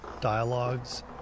dialogues